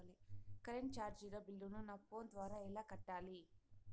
Current చార్జీల బిల్లును, నా ఫోను ద్వారా ఎలా కట్టాలి?